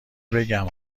بگم